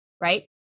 right